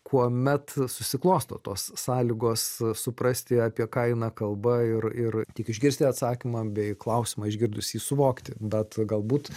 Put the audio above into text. kuomet susiklosto tos sąlygos suprasti apie ką eina kalba ir ir tik išgirsti atsakymą bei klausimą išgirdus jį suvokti bet galbūt